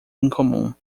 incomum